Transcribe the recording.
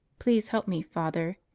please help me, father,